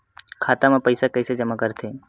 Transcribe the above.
खाता म पईसा कइसे जमा करथे?